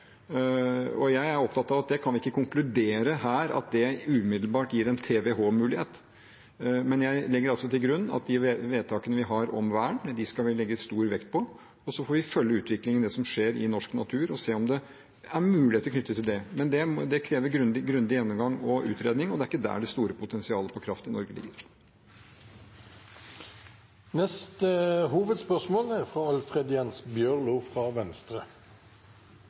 Jeg er opptatt av at vi her ikke kan konkludere med at det umiddelbart gir en TWh-mulighet. Men jeg legger altså til grunn at de vedtakene vi har om vern, skal vi legge stor vekt på. Og så får vi følge utviklingen i det som skjer i norsk natur, og se om det er muligheter knyttet til det. Det krever grundig gjennomgang og utredning, og det er ikke der det store potensialet for kraft i Norge ligger. Vi går til neste hovedspørsmål.